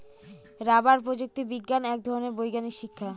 rubber প্রযুক্তি বিজ্ঞান এক ধরনের বৈজ্ঞানিক শিক্ষা